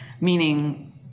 meaning